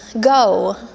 Go